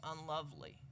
unlovely